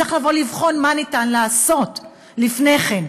צריך לבוא לבחון מה ניתן לעשות לפני כן.